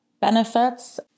benefits